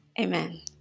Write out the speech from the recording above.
Amen